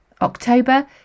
October